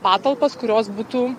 patalpas kurios būtų